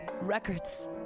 records